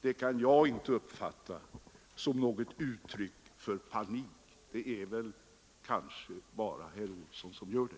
Det kan jag inte uppfatta som något uttryck för panik. Det är förmodligen bara herr Olsson som gör det.